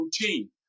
routine